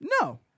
No